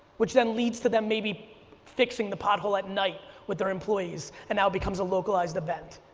which then leads to them maybe fixing the pothole at night with their employees, and now becomes a localized event.